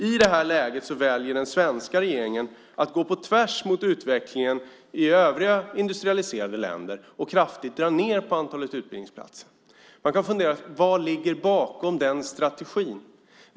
I detta läge väljer den svenska regeringen att gå på tvärs mot utvecklingen i övriga industrialiserade länder och kraftigt dra ned på antalet utbildningsplatser. Man kan fundera på vad som ligger bakom den strategin.